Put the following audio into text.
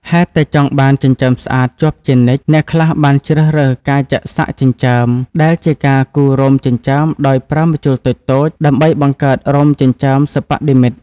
ហេតុតែចង់បានចិញ្ចើមស្អាតជាប់ជានិច្ច អ្នកខ្លះបានជ្រើសរើសការចាក់សាក់ចិញ្ចើម ដែលជាការគូររោមចិញ្ចើមដោយប្រើម្ជុលតូចៗ ដើម្បីបង្កើតរោមចិញ្ចើមសិប្បនិម្មិត។